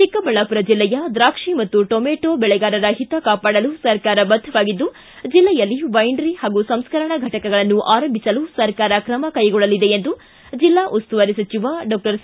ಚಿಕ್ಕಬಳ್ಳಾಪುರ ಜಿಲ್ಲೆಯ ದ್ರಾಕ್ಷಿ ಮತ್ತು ಟೊಮೊಟೊ ಬೆಳಗಾರರ ಓತ ಕಾಪಾಡಲು ಸರ್ಕಾರ ಬದ್ದವಾಗಿದ್ದು ಜಿಲ್ಲೆಯಲ್ಲಿ ವೈನರಿ ಹಾಗೂ ಸಂಸ್ಕರಣಾ ಫಟಕಗಳನ್ನು ಆರಂಭಿಸಲು ಸರ್ಕಾರ ಕ್ರಮ ಕೈಗೊಳ್ಳಲಿದೆ ಎಂದು ಜಿಲ್ಲಾ ಉಸ್ತುವಾರಿ ಸಚಿವ ಡಾಕ್ಲರ್ ಸಿ